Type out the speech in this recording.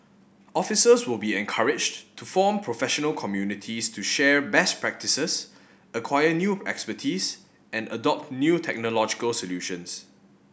officers will be encouraged to form professional communities to share best practices acquire new expertise and adopt new technological solutions